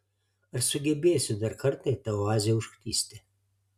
ar sugebėsiu dar kartą į tą oazę užklysti